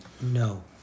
no